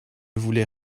voulait